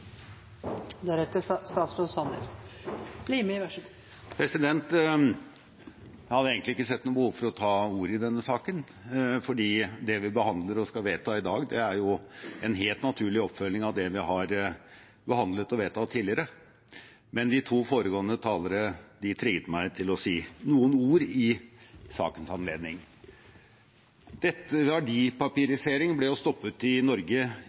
denne saken, for det vi behandler og skal vedta i dag, er en helt naturlig oppfølging av det vi har behandlet og vedtatt tidligere. Men de to foregående talerne trigget meg til å si noen ord i sakens anledning. Verdipapirisering ble stoppet i Norge